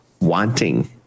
wanting